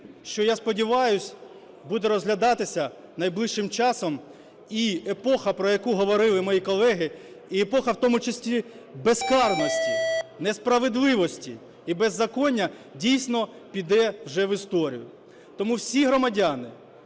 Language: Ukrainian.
що, я сподіваюся, буде розглядатися найближчим часом, і епоха, про яку говорили мої колеги, і епоха, в тому числі безкарності, несправедливості і беззаконня, дійсно, піде вже в історію. Тому всі громадяни,